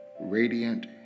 radiant